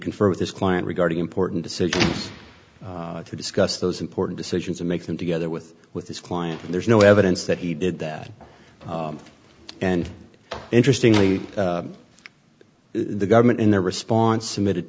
confer with his client regarding important decisions to discuss those important decisions and make them together with with his client and there's no evidence that he did that and interestingly the government in their response submitted